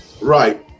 right